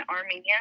Armenia